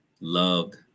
loved